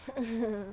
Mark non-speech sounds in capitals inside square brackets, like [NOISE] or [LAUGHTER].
[LAUGHS]